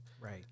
Right